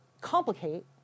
complicate